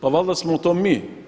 Pa valjda smo to mi.